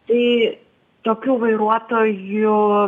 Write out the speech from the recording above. tai tokių vairuotojų